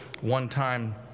one-time